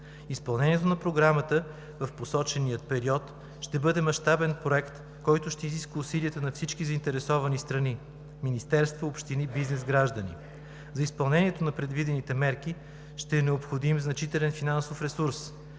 Изпълнението на Програмата в посочения период ще бъде мащабен проект, който ще изисква усилията на всички заинтересовани страни – министерства, общини, бизнес, граждани. За изпълнението на предвидените мерки ще е необходим значителен финансов ресурс,